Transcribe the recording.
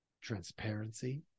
transparency